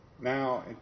Now